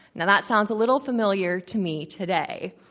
now, that sounds a little familiar to me today.